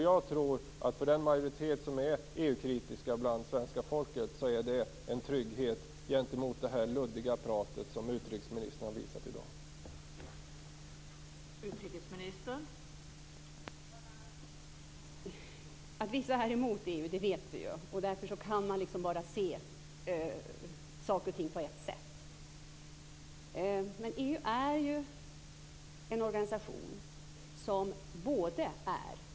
Jag tror att det för den majoritet bland svenska folket som är EU-kritiska, är en trygghet gentemot det luddiga prat som utrikesministern har visat prov på i dag.